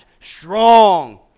strong